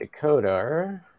decoder